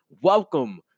Welcome